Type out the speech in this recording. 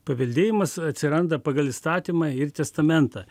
paveldėjimas atsiranda pagal įstatymą ir testamentą